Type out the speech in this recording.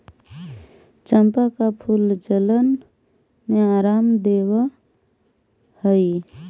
चंपा का फूल जलन में आराम देवअ हई